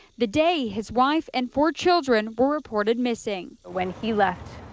the day his wife and four children were reported missing when he left.